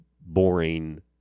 boring